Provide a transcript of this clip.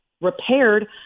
repaired